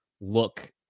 look